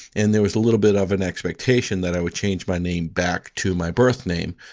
and there was a little bit of an expectation that i would change my name back to my birth name.